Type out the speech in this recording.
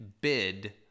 bid